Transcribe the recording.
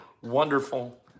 wonderful